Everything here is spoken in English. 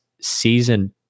Season